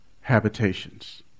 habitations